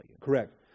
Correct